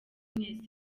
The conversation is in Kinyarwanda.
mwese